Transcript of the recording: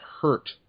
hurt